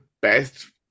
best